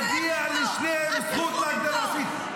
מגיעה לשניהם זכות להגדרה עצמית.